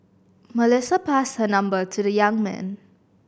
Melissa passed her number to the young man